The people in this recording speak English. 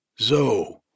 Zoe